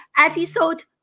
episode